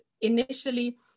initially